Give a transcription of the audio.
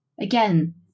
Again